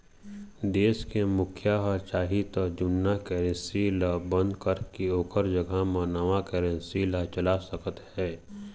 देश के मुखिया ह चाही त जुन्ना करेंसी ल बंद करके ओखर जघा म नवा करेंसी ला चला सकत हे